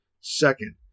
Second